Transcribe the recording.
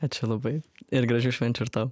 ačiū labai ir gražių švenčių ir tau